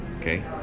okay